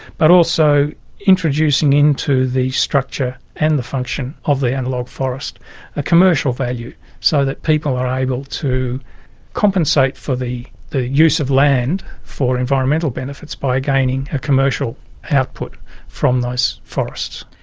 but also introducing into the structure and the function of the analogue forest a commercial value so that people are able to compensate for the the use of land for environmental benefits by gaining a commercial output from those forests.